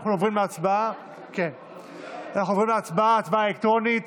אנחנו עוברים להצבעה, הצבעה אלקטרונית.